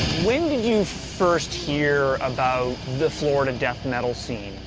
when did you first hear about the florida and death metal scene?